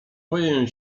boję